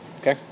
okay